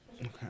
Okay